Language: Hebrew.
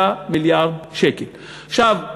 אני